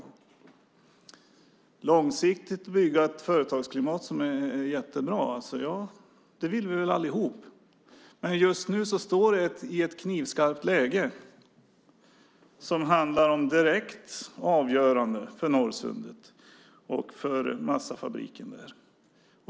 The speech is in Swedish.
Att långsiktigt bygga ett företagsklimat som är jättebra vill vi väl allihop. Men just nu är det ett knivskarpt läge som handlar om ett direkt avgörande för Norrsundet och för massafabriken där.